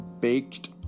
baked